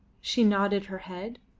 she nodded her head.